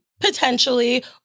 Potentially